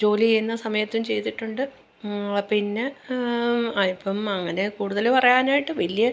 ജോലി ചെയ്യുന്ന സമയത്തും ചെയ്തിട്ടുണ്ട് പിന്നെ ആ ഇപ്പോള് അങ്ങനെ കൂടുതല് പറയാനായിട്ട് വലിയ